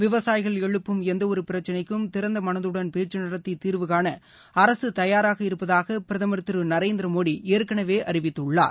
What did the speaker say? விவசாயிகள் எழுப்பும் எந்தவொரு பிரச்சினைக்கும் திறந்த மனதுடன் பேச்சு நடத்தி தீர்வுகாண அரசு தயாராக இருப்பதாக பிரதமர் திரு நரேந்திர மோடி ஏற்கனவே அறிவித்துள்ளார்